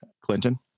Clinton